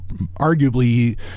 arguably